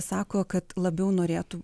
sako kad labiau norėtų